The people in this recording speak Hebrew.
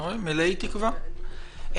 מלאי תקווה.